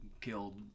killed